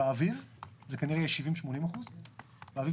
באביב זה כנראה יהיה 70% 80%. באביב